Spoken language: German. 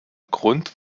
grund